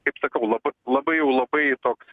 kaip sakau laba labai jau labai toks